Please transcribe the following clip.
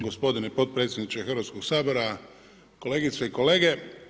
Gospodine potpredsjedniče Hrvatskog sabora, kolegice i kolege.